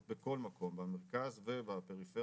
הללו בכל מקום בארץ במרכז ובפריפריה